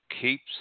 keeps